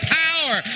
power